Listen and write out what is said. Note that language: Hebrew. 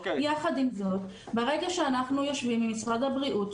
יחד עם זאת ברגע שאנחנו יושבים עם משרד הבריאות,